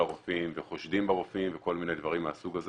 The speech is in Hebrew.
הרופאים וחושדים ברופאים וכל מיני דברים מהסוג הזה.